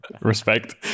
Respect